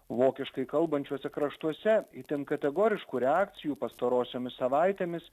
vokiškai kalbančiuose kraštuose itin kategoriškų reakcijų pastarosiomis savaitėmis